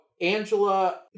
Angela